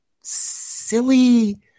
silly